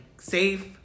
safe